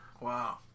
Wow